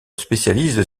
spécialise